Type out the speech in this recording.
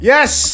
Yes